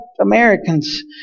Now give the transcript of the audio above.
Americans